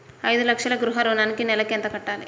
ఐదు లక్షల గృహ ఋణానికి నెలకి ఎంత కట్టాలి?